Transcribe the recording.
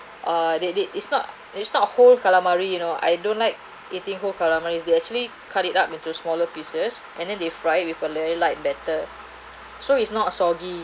uh they did it's not it's not a whole calamari you know I don't like eating whole calamari is the actually cut it up into smaller pieces and then they fry it with a very liked batter so it's not a soggy